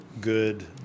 good